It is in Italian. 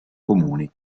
comuni